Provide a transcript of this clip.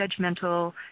judgmental